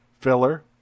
filler